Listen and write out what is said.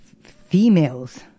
Females